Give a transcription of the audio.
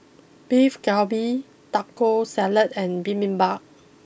Beef Galbi Taco Salad and Bibimbap